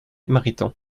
mariton